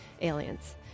aliens